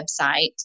website